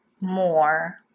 more